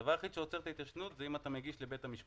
הדבר היחיד שעוצר את ההתיישנות זה אם אתה מגיש לבית המשפט.